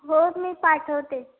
हो मी पाठवते